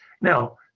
Now